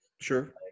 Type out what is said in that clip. Sure